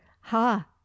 ha